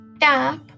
tap